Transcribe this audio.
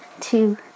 two